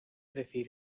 decir